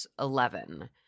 eleven